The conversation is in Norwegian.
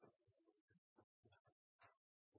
er å kunne